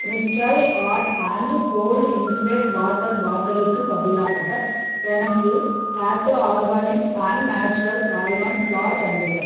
crystal hot and cold insulate water பாட்டிலுக்கு பதிலாக எனக்கு தாத்து organics and naturals almond flour வந்துள்ளது